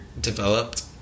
developed